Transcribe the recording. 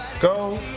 go